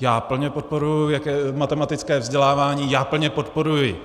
Já plně podporuji matematické vzdělávání, já plně podporuji